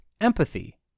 empathy